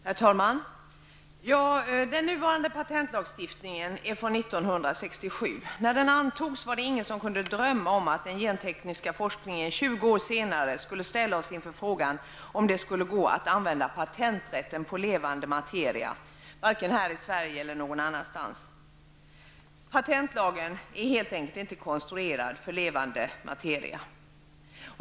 Herr talman! Den nuvarande patentlagen är från 1967. När den antogs var det ingen, varken här i Sverige eller någon annanstans i världen, som kunde drömma om att den gentekniska forskningen 20 år senare skulle ställa oss inför frågan om det skulle gå att använda patenträtten på levande materia. Patentlagen är helt enkelt inte konstruerad för levande materia.